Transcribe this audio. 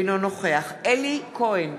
אינו נוכח אלי כהן,